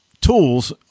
tools